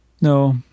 No